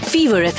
Fever